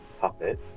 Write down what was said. puppet